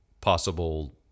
possible